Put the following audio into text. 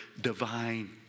divine